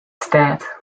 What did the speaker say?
stêd